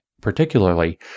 particularly